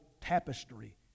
tapestry